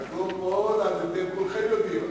אדוני היושב-ראש, חברי חברי הכנסת,